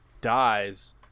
dies